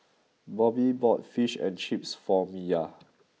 Bobbie bought Fish and Chips for Miya